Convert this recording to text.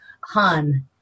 han